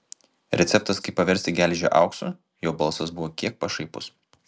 receptas kaip paversti geležį auksu jo balsas buvo kiek pašaipus